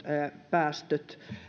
päästöt